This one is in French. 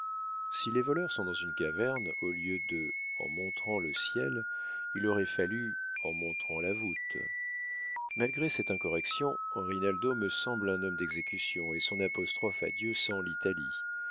si les voleurs sont dans une caverne au lieu de en montrant le ciel il aurait fallu en montrant la voûte malgré cette incorrection rinaldo me semble un homme d'exécution et son apostrophe à dieu sent l'italie